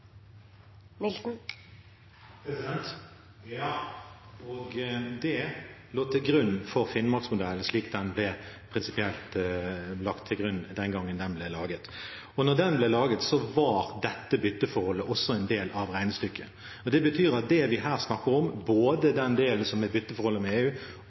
minutt. Ja – og det lå til grunn for Finnmarks-modellen, slik det prinsipielt ble lagt til grunn den gangen den ble laget. Da den ble laget, var dette bytteforholdet også en del av regnestykket. Det betyr at det vi her snakker om, både den delen som er bytteforholdet med EU,